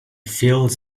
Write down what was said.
fields